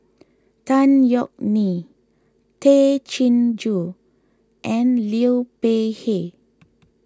Tan Yeok Nee Tay Chin Joo and Liu Peihe